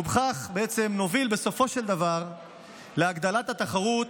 ובכך להוביל בסופו של דבר להגדלת התחרות,